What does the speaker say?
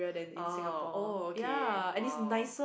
ah oh okay !wow!